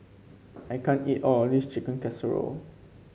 I can't eat all of this Chicken Casserole